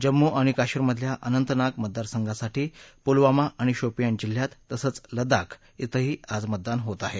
जम्मू आणि काश्मिरमधल्या अनंतनाग मतदारसंघासाठी पुलवामा आणि शोपियान जिल्ह्यात तसंच लदाख धिं आज मतदान होत आहे